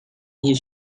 his